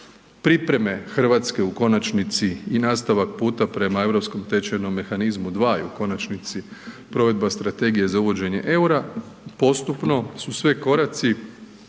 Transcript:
priprema Hrvatske u konačnici i nastavak puta prema europskom tečajnom mehanizmu dva i u konačnici provedba Strategije za uvođenje eura, postupno su sve koraci